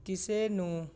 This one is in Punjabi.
ਕਿਸੇ ਨੂੰ